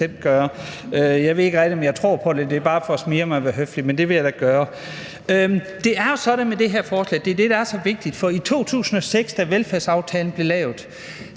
det er det, der er så vigtigt – at i 2006, da velfærdsaftalen blev lavet,